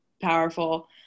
powerful